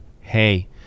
hey